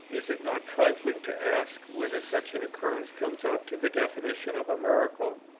is it not trifling to ask whether such an occurrence comes up to the definition of a miracle?